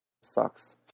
sucks